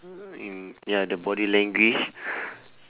mm ya the body language